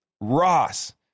Ross